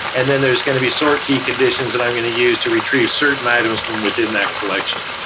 and then there's going to be sort key conditions that i'm going to use to retrieve certain items from within that collection.